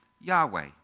Yahweh